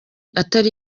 atari